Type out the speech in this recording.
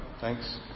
thanks